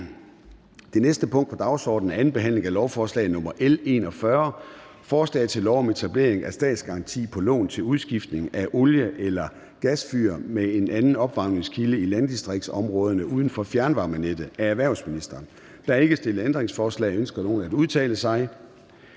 Det næste punkt på dagsordenen er: 11) 2. behandling af lovforslag nr. L 41: Forslag til lov om etablering af statsgaranti på lån til udskiftning af olie- eller gasfyr med en anden opvarmningskilde i landdistriktsområder uden for fjernvarmenettet. Af erhvervsministeren (Morten Bødskov). (Fremsættelse